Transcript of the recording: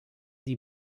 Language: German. die